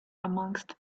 amongst